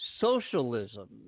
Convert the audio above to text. socialism